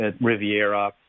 Riviera